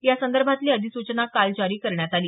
यासंदर्भातली अधिसूचना काल जारी करण्यात आली